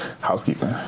Housekeeping